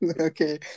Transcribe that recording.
Okay